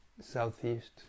Southeast